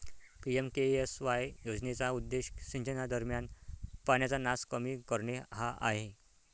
PMKSY योजनेचा उद्देश सिंचनादरम्यान पाण्याचा नास कमी करणे हा आहे